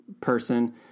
person